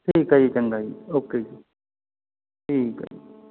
ਠੀਕ ਹੈ ਜੀ ਚੰਗਾ ਜੀ ਓਕੇ ਜੀ ਠੀਕ ਆ ਜੀ